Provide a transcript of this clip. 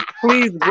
please